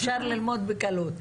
אפשר ללמוד בקלות.